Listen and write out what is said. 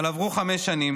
אבל עברו חמש שנים.